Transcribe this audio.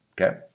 okay